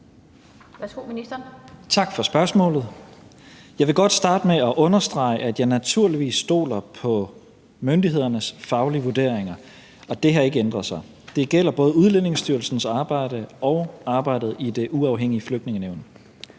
Tak for spørgsmålet. Jeg vil godt starte med at understrege, at jeg naturligvis stoler på myndighedernes faglige vurderinger, og det har ikke ændret sig. Det gælder både Udlændingestyrelsens arbejde og arbejdet i det uafhængige Flygtningenævn,